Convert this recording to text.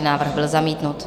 Návrh byl zamítnut.